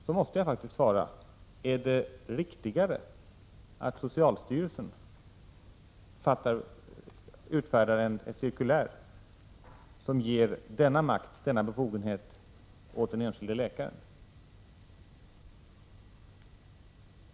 Då vill jag fråga: Är det riktigare att socialstyrelsen utfärdar ett cirkulär som ger denna befogenhet och makt åt den enskilde läkaren?